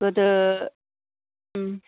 गोदो